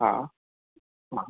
हा हा